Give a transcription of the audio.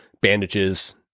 bandages